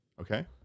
Okay